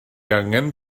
angen